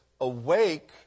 Awake